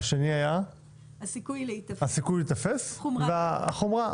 מיידיות, הסיכוי להיתפס והחומרה.